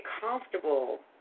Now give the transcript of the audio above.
comfortable